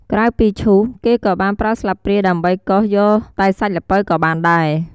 ក្រៅពីឈួស គេក៏បានប្រើស្លាបព្រាដើម្បីកោសយកតែសាច់ល្ពៅក៏បានដែរ។